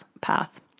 path